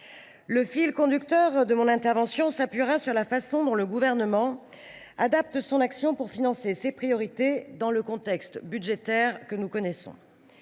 fil conducteur de mon intervention la façon dont le Gouvernement adapte son action pour financer ses priorités dans le contexte budgétaire que nous connaissons.